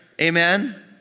Amen